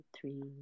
three